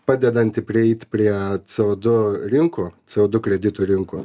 padedanti prieiti prie co du rinkų co du kreditų rinkų